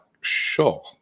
sure